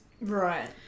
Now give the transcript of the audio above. Right